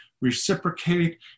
reciprocate